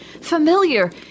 familiar